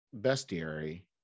bestiary